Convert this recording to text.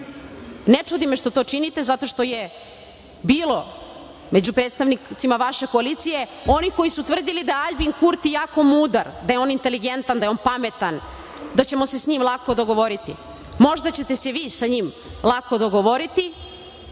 čudi me što to činite, zato što je bilo među predstavnicima vaše koalicije onih koji su tvrdili da je Aljbin Kurti jako mudar, da je on inteligentan, da je pametan, da ćemo se sa njim lako dogovoriti. Možda ćete se vi sa njim lako dogovoriti,